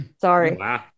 Sorry